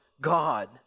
God